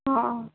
हँ